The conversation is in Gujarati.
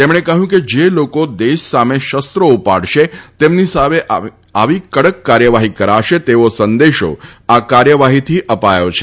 તેમણે કહ્યું છે કે જે લોકો દેશ સામે શસ્ત્રો ઉપાડશે તેમની સામે આવી કડક કાર્યવાહી કરાશે તેવો સંદેશો આ કાર્યવાહીથી અપાયો છે